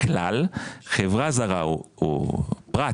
ככלל חברה זרה או פרט,